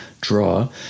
draw